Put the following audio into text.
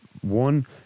one